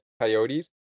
coyotes